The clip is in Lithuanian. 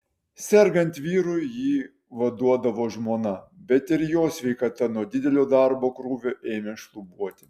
sergant vyrui jį vaduodavo žmona bet ir jos sveikata nuo didelio darbo krūvio ėmė šlubuoti